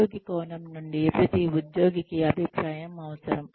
ఉద్యోగి కోణం నుండి ప్రతి ఉద్యోగికి అభిప్రాయం అవసరం